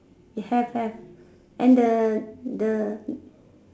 have have and the the